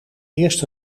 eerst